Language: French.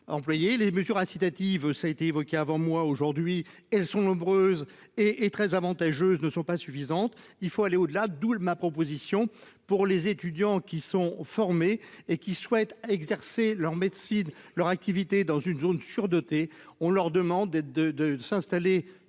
les mesures incitatives ça été évoqué avant moi. Aujourd'hui, elles sont nombreuses et et très avantageuse ne sont pas suffisantes, il faut aller au-delà. D'où l'ma proposition. Pour les étudiants qui sont formés et qui souhaitent exercer leur médecine leur activité dans une zone sur-dotée, on leur demande et de de de s'installer temporairement